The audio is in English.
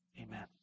Amen